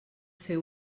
fer